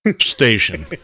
station